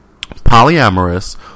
Polyamorous